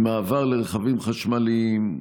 עם מעבר לרכבים חשמליים,